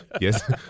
yes